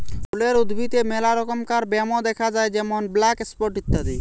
ফুলের উদ্ভিদে মেলা রমকার ব্যামো দ্যাখা যায় যেমন ব্ল্যাক স্পট ইত্যাদি